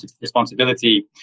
responsibility